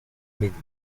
misma